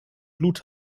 blut